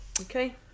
Okay